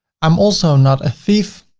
i'm also not a thief,